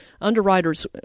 underwriters